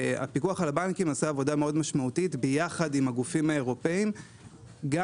הפיקוח על הבנקים עשה עבודה מאוד משמעותית יחד עם הגופים האירופאיים גם